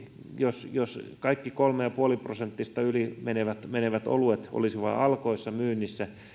jos jos kaikki kolmen pilkku viiden prosentin yli menevät menevät oluet olisivat vain alkoissa myynnissä